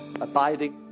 abiding